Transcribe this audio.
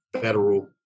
federal